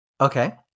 Okay